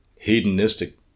hedonistic